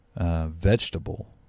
vegetable